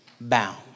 Bound